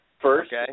First